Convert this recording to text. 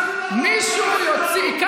------- מישהו יוציא ----- אותנו.